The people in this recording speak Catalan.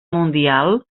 mundial